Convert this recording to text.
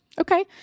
okay